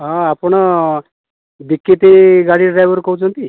ହଁ ଆପଣ ଡ୍ୟୁକାଟି ଗାଡ଼ି ଡ୍ରାଇଭର କହୁଛନ୍ତି